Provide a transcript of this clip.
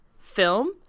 film